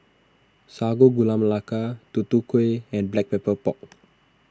Sago Gula Melaka Tutu Kueh and Black Pepper Pork